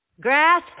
Grass